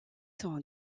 sont